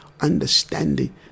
understanding